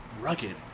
rugged